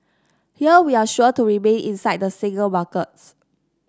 here we're sure to remain inside the single markets